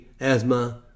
Asthma